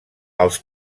els